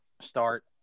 start